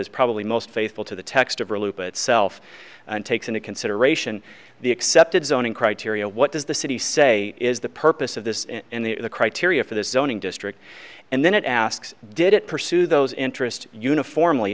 is probably most faithful to the text of or loop itself and takes into consideration the accepted zoning criteria what does the city say is the purpose of this and the criteria for the zoning district and then it asks did it pursue those interests uniformly